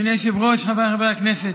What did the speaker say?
אדוני היושב-ראש, חבריי חברי הכנסת,